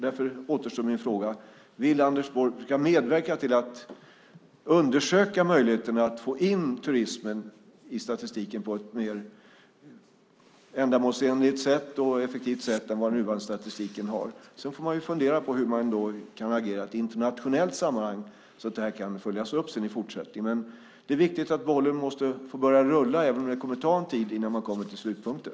Därför återstår min fråga: Vill Anders Borg försöka medverka till att undersöka möjligheterna att få in turismen i statistiken på ett mer ändamålsenligt och effektivt sätt än i dag? Sedan får man fundera på hur man kan agera i ett internationellt sammanhang så att det här kan följas upp i fortsättningen. Det är viktigt att bollen måste få börja rulla även om det kommer att ta tid innan man kommer till slutpunkten.